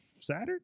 Saturday